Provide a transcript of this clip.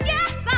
Yes